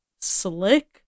slick